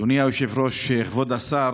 אדוני היושב-ראש, כבוד השר,